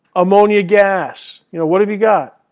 ammonia gas? you know what have you got?